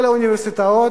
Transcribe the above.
כל האוניברסיטאות,